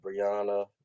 Brianna